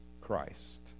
Christ